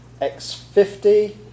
X50